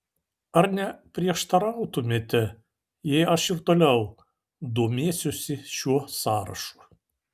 ar neprieštarautumėte jei aš ir toliau domėsiuosi šiuo sąrašu